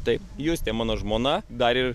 tai justė mano žmona dar ir